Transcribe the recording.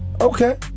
Okay